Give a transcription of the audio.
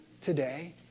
today